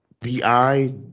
BI